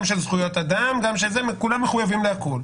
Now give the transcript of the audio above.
גם של זכויות אדם כולם מחויבים לכול.